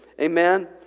Amen